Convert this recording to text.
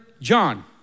John